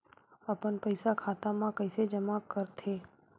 अपन पईसा खाता मा कइसे जमा कर थे?